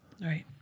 Right